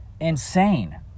insane